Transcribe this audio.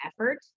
effort